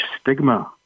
stigma